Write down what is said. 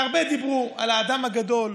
והרבה דיברו על האדם הגדול,